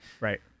Right